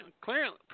Clearly